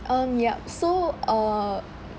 um yup so uh